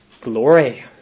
glory